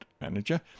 Manager